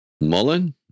Mullen